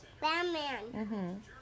Batman